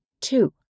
Two